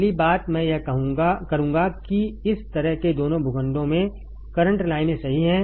पहली बात मैं यह करूंगा कि इस तरह के दोनों भूखंडों में करंट लाइनें सही हैं